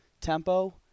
tempo